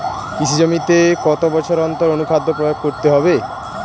কৃষি জমিতে কত বছর অন্তর অনুখাদ্য প্রয়োগ করতে হবে?